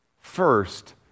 First